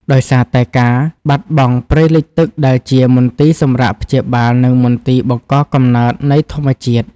ដោយសារតែការបាត់បង់ព្រៃលិចទឹកដែលជា មន្ទីរសម្រាកព្យាបាល និងមន្ទីរបង្កកំណើត នៃធម្មជាតិ។